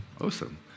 Awesome